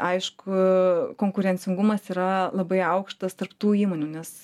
aišku konkurencingumas yra labai aukštas tarp tų įmonių nes